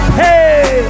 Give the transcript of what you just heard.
hey